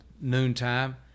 noontime